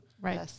Right